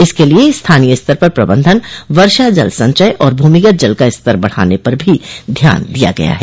इसके लिए स्थानीय स्तर पर प्रबंधन वर्षा जल संचय और भूमिगत जल का स्तर बढ़ाने पर भी ध्यान दिया गया है